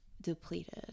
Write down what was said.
Depleted